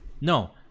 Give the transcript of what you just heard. no